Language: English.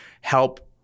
help